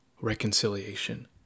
reconciliation